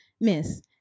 miss